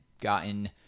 gotten